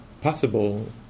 possible